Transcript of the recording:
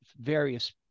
various